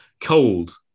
cold